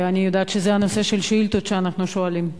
ואני יודעת שזה הנושא של השאילתות שאנחנו שואלים.